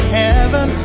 heaven